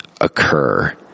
occur